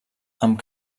amb